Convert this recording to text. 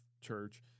church